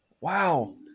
Wow